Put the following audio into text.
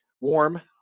warm